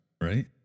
Right